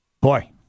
Boy